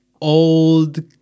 old